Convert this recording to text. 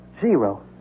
Zero